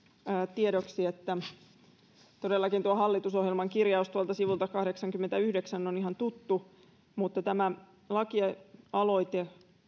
tiedoksi että todellakin tuo hallitusohjelman kirjaus tuolta sivulta kahdeksankymmentäyhdeksän on ihan tuttu mutta tämä lakialoite